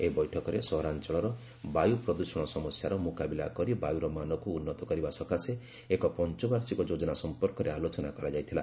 ଏହି ବୈଠକରେ ସହରାଂଚଳର ବାୟୁ ପ୍ରଦୂଷଣ ସମସ୍ୟାର ମୁକାବିଲା କରି ବାୟୁର ମାନକୁ ଉନ୍ନତ କରିବା ସହିତ ଏହାକୁ ବଜାୟ ରଖିବା ସକାଶେ ପଂଚବାର୍ଷିକ ଯୋଜନା ସମ୍ପର୍କରେ ଆଲୋଚନା କରାଯାଇଥିଲା